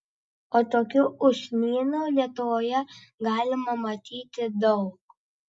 o tokių usnynų lietuvoje galima matyti daug